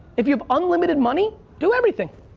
if you have unlimited money, do everything.